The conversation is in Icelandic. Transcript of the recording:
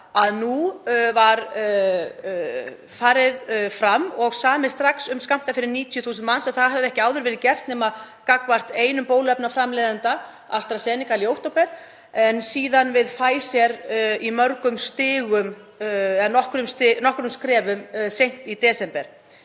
að nú væri farið fram og samið strax um skammta fyrir 90.000 manns, en það hafði ekki áður verið gert nema gagnvart einum bóluefnaframleiðanda, AstraZeneca, í október, en síðan við Pfizer í nokkrum skrefum seint í desember.